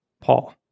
Paul